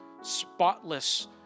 spotless